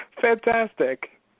Fantastic